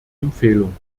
empfehlung